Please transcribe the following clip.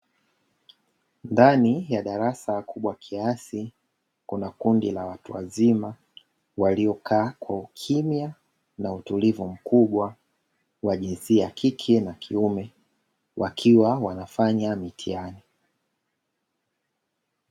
Ndani ya darasa kubwa kiasi kuna kundi la watu wazima, waliokaa kwa ukimya na utulivu mkubwa wa jinsia kike na kiume wakiwa wanafanya mitihani.